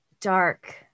dark